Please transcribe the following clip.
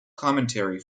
commentary